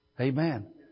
Amen